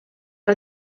era